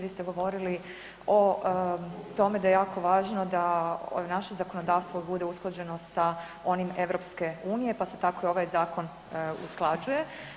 Vi ste govorili o tome da je jako važno da naše zakonodavstvo bude usklađeno sa onim EU, pa se tako i ovaj zakon usklađuje.